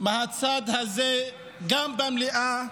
מהצד הזה גם במליאה,